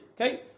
Okay